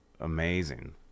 amazing